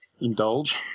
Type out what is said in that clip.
indulge